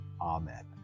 Amen